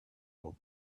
old